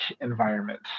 environment